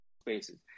spaces